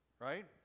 right